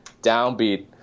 downbeat